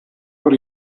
what